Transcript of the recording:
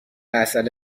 عسل